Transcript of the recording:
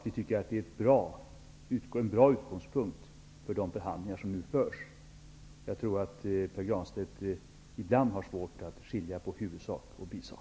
Vi tycker att det är en bra utgångspunkt för de förhandlingar som nu förs. Jag tror att Pär Granstedt ibland har svårt att skilja på huvudsak och bisak.